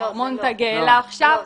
שמר מונטג העלה עכשיו.